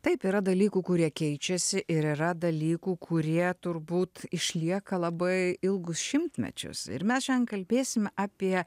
taip yra dalykų kurie keičiasi ir yra dalykų kurie turbūt išlieka labai ilgus šimtmečius ir mes šiandien kalbėsim apie